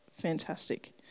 Fantastic